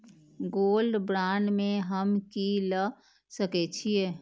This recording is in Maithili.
गोल्ड बांड में हम की ल सकै छियै?